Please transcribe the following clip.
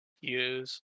use